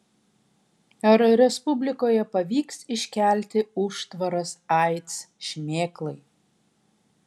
ar respublikoje pavyks iškelti užtvaras aids šmėklai